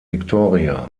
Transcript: victoria